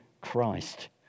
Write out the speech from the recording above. Christ